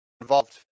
involved